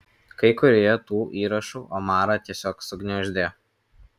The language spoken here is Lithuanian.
kai kurie tų įrašų omarą tiesiog sugniuždė